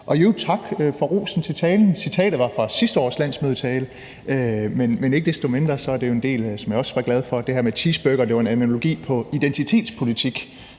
for rosen i forhold til talen. Citatet var fra sidste års landsmødetale, men ikke desto mindre var det jo også en del, som jeg var glad for. Det her med cheeseburgeren var en analogi på identitetspolitikken,